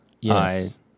Yes